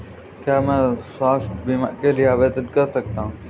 क्या मैं स्वास्थ्य बीमा के लिए आवेदन कर सकता हूँ?